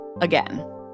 Again